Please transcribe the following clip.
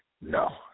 No